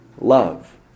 love